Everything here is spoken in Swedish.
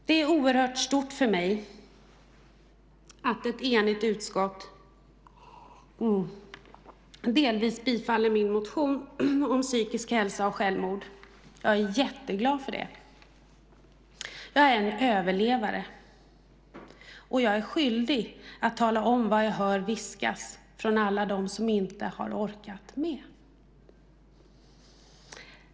Det är oerhört stort för mig att ett enigt utskott delvis tillstyrker min motion om psykisk hälsa och självmord. Jag är jätteglad för det. Jag är en överlevare, och jag är skyldig att tala om vad jag hör viskas från alla dem som inte har orkat med.